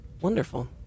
Wonderful